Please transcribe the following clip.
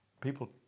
people